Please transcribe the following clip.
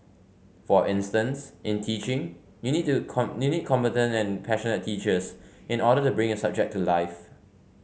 for instance in teaching you need to you need competent and passionate teachers in order to bring a subject to life